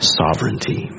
sovereignty